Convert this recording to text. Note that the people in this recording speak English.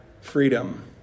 freedom